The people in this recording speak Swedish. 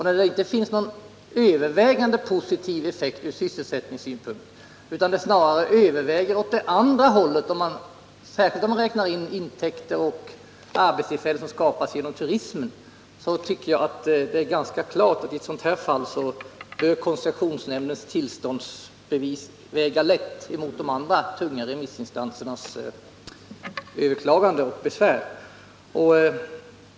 När det inte finns någon övervägande positiv effekt ur sysselsättningssynpunkt, utan det snarare går åt andra hållet, särskilt om man räknar in de intäkter och arbetstillfällen som skapas genom turism, tycker jag det är ganska klart att i ett sådant här fall koncessionsnämndens tillståndsbevis väger lätt gentemot de andra remissinstansernas överklaganden och besvär.